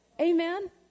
Amen